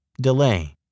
Delay